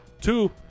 Two